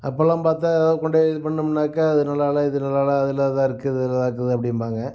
அப்போலாம பார்த்தா கொண்டோய் இது பண்ணம்னாக்க அது நல்லால இது நல்லால அதில் அதாக இருக்குது இதில் அதாக இருக்குது அப்படின்பாங்க